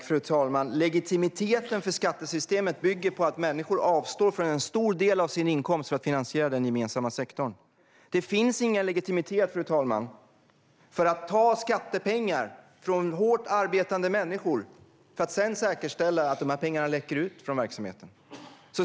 Fru talman! Legitimiteten i skattesystemet bygger på att människor avstår från en stor del av sin inkomst för att finansiera den gemensamma sektorn. Det finns ingen legitimitet i att ta skattepengar från hårt arbetande människor för att sedan låta pengarna läcka ut från verksamheten.